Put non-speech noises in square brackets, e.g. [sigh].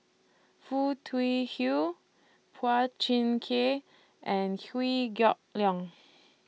Foo Tui [unintelligible] Phua Thin Kiay and [unintelligible] Geok Leong